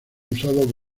usado